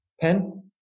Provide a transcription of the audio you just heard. pen